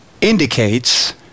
indicates